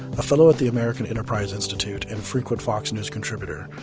a fellow at the american enterprise institute and frequent fox news contributor.